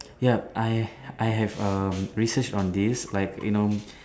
ya I I have um researched on this like you know